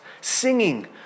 Singing